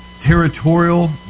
Territorial